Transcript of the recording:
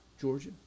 Georgia